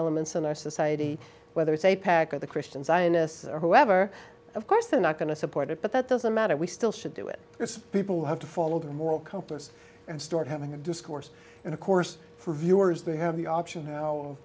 elements in our society whether it's a pack of the christian zionists or whoever of course they're not going to support it but that doesn't matter we still should do it respectful have to follow the moral compass and start having discourse and of course for viewers to have the option o